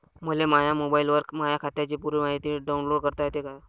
मले माह्या मोबाईलवर माह्या खात्याची पुरी मायती डाऊनलोड करता येते का?